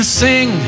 sing